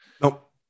Nope